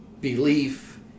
belief